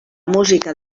música